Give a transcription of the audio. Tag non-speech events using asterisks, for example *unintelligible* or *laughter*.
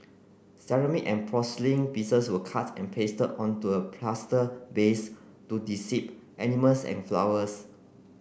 ceramic and porcelain pieces were cut and pasted onto a plaster base to *unintelligible* animals and flowers